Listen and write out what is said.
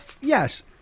yes